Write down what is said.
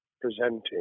presenting